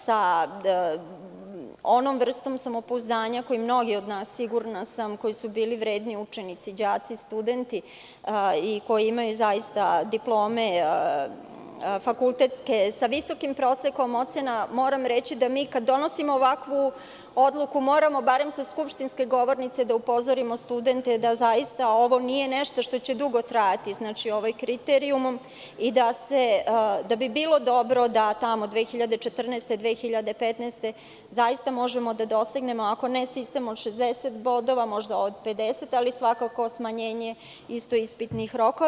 Sa onom vrstom samopouzdanja koju mnogi od nas, sigurna sam, koji su bili vredni učenici, đaci, studenti i koji imaju diplome sa visokim prosekom ocena, moram reći da kada donosimo ovakvu odluku, moramo barem sa skupštinske govornice da upozorimo studente da ovo nije nešto što će dugo trajati, ovaj kriterijum, i da bi bilo dobro da 2014. – 2015. godine možemo da dosegnemo, ako ne sistem od 60 bodova, možda od 50, ali svakako i smanjenje ispitnih rokova.